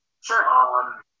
Sure